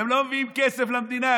הם לא מביאים כסף למדינה,